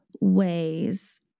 ways